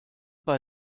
bei